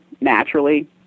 naturally